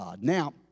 Now